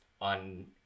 on